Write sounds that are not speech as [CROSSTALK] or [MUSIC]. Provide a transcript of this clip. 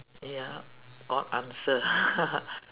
ya god answer [LAUGHS]